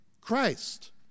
Christ